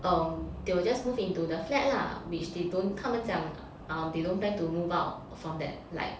um they will just moved into the flat lah which they don't 他们讲 um they don't plan to move out from that like